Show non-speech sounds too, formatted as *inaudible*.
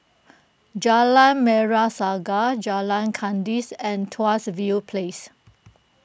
*noise* Jalan Merah Saga Jalan Kandis and Tuas View Place